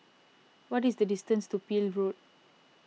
what is the distance to Peel Road